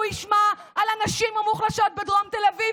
ישמע על הנשים המוחלשות בדרום תל אביב.